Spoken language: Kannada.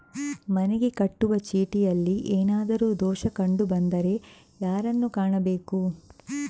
ಮನೆಗೆ ಕಟ್ಟುವ ಚೀಟಿಯಲ್ಲಿ ಏನಾದ್ರು ದೋಷ ಕಂಡು ಬಂದರೆ ಯಾರನ್ನು ಕಾಣಬೇಕು?